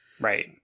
Right